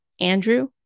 Andrew